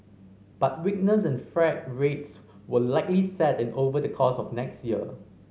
but weakness in freight rates will likely set in over the course of next year